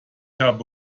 habe